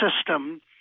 system